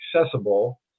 accessible